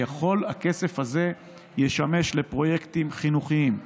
הכסף הזה ישמש לפרויקטים חינוכיים,